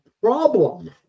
problem